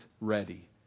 ready